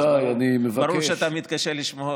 אז ברור שאתה מתקשה לשמוע אותי.